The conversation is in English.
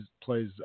plays